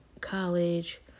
college